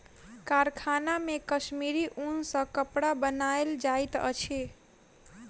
कारखाना मे कश्मीरी ऊन सॅ कपड़ा बनायल जाइत अछि